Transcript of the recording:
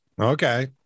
Okay